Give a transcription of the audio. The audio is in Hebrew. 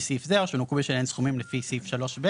סעיף זה או שנוכו בשלהן סכומים לפי סעיף 3(ב),